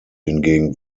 hingegen